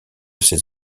ses